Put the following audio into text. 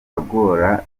agora